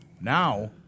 Now